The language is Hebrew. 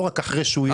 לא רק אחרי כן.